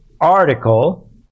article